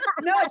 No